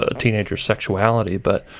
ah teenagers sexuality, but